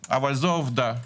אבל זו העובדה,